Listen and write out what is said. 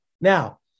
Now